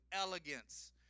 elegance